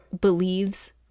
believes